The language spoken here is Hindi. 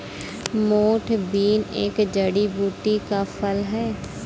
मोठ बीन एक जड़ी बूटी का फल है